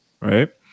right